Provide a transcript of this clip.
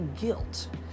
guilt